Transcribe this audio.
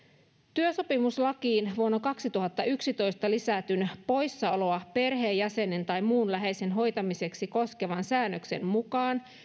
työsopimuslakiin vuonna kaksituhattayksitoista lisätyn poissaoloa perheenjäsenen tai muun läheisen hoitamiseksi koskevan säännöksen mukaan